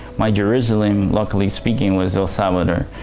my jerusalem, locally speaking, was el salvador.